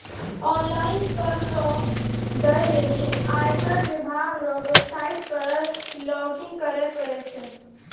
online कर रो दै लेली आयकर विभाग रो वेवसाईट पर लॉगइन करै परै छै